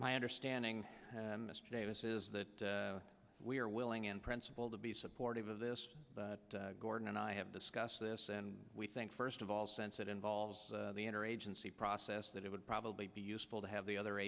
my understanding mr davis is that we are willing in principle to be supportive of this but gordon and i have discussed this and we think first of all sense it involves the interagency process that it would probably be useful to have the other